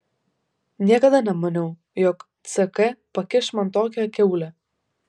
niekada nemaniau jog ck pakiš man tokią kiaulę